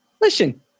Listen